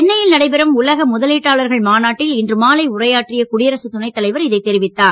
சென்னையில் நடைபெறும் உலக முதலீட்டாளர்கள் மாநாட்டில் இன்று மாலை உரையாற்றிய குடியரசுத் துணை தலைவர் இதை தெரிவித்தார்